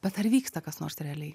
bet ar vyksta kas nors realiai